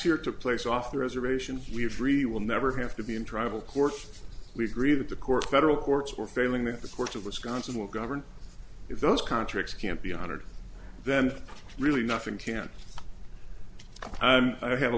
here took place off the reservation we have free will never have to be in tribal court we agree that the court federal courts or failing that the courts of wisconsin will govern if those contracts can't be honored then really nothing can i don't have a